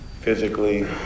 physically